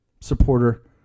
supporter